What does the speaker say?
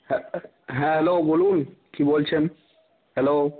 হ্যাঁ হ্যাঁ হ্যালো বলুন কী বলছেন হ্যালো